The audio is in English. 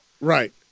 Right